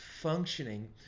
functioning